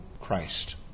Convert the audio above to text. Christ